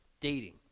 dating